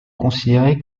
considérer